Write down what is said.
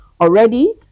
Already